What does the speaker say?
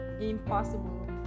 impossible